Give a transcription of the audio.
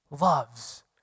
loves